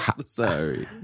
sorry